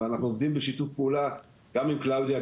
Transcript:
ואנחנו עובדים בשיתוף פעולה גם עם קלאודיה,